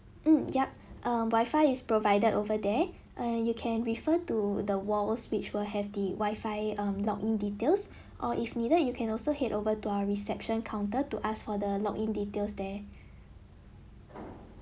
mm yup err wifi is provided over there and you can refer to the walls which will have the wifi um log in details or if needed you can also head over to our reception counter to ask for the log in details there